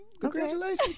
congratulations